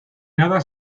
nada